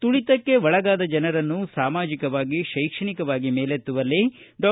ತುಳಿತಕ್ಕೆ ಒಳಗಾದ ಜನರನ್ನು ಸಾಮಾಜಕವಾಗಿ ಶೈಕ್ಷಣಿಕವಾಗಿ ಮೇಲೆತ್ತುವಲ್ಲಿ ಡಾ